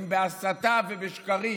אם בהסתה ובשקרים,